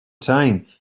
time